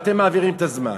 אתם מעבירים את הזמן.